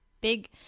big